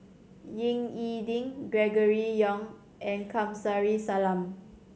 Ying E Ding Gregory Yong and Kamsari Salam